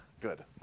good